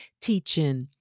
teaching